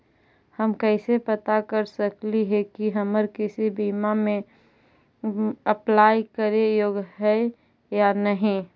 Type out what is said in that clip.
हम कैसे पता कर सकली हे की हम किसी बीमा में अप्लाई करे योग्य है या नही?